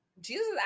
Jesus